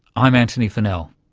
i'm antony funnell